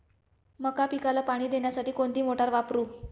मका पिकाला पाणी देण्यासाठी कोणती मोटार वापरू?